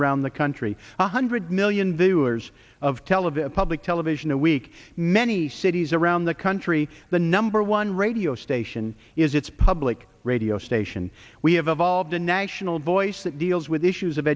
around the country one hundred million viewers of tell of a public television a week many cities around the country the number one radio station is its public radio station we have evolved a national voice that deals with issues of